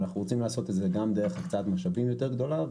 ואנחנו רוצים לעשות זאת גם דרך הקצאת משאבים יותר גדולה,